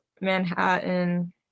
Manhattan